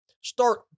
start